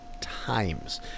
times